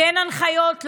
כן הנחיות,